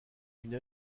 une